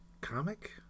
comic